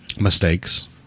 Mistakes